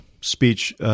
speech